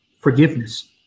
forgiveness